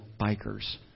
bikers